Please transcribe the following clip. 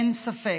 אין ספק.